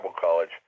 College